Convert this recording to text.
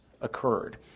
occurred